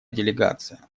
делегация